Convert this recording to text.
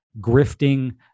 grifting